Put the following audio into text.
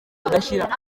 udashira